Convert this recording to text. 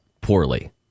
poorly